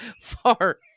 far